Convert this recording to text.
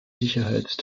sicherheit